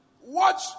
Watch